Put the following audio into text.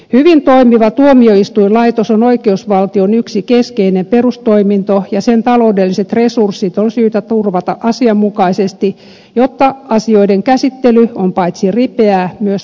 hyvin toimiva tuomioistuinlaitos on oikeusvaltion yksi keskeinen perustoiminto ja sen taloudelliset resurssit on syytä turvata asianmukaisesti jotta asioiden käsittely on paitsi ripeää myös oikeusvarmaa